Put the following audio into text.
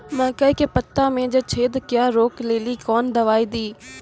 मकई के पता मे जे छेदा क्या रोक ले ली कौन दवाई दी?